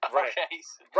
Right